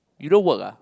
you don't work ah